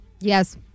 Yes